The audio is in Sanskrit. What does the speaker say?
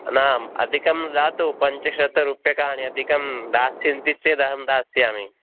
नाम अधिकं दातु पञ्चशतरूप्यकानि अधिकं दास्यन्ति चेदहं दास्यामि